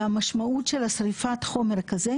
והמשמעות של שריפת חומר כזה,